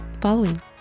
following